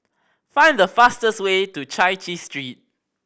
find the fastest way to Chai Chee Street